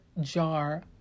jar